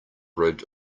rid